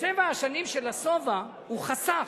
בשבע השנים של השובע הוא חסך,